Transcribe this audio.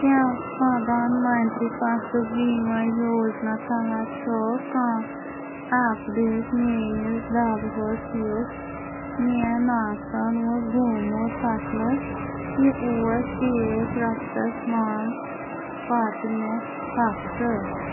کیٛاہ پرٛدھان منترٛی فصل بیٖما یوجنا تحت چھو کانٛہہ اَپڈیٹ میٛٲنِس دعویٰ ہَس یُس مےٚ نۄقصان اوس گوٚمُت فصلَس یہِ اوس پیش رفتس منٛز پَتۍمہِ ہفتہٕ